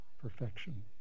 perfection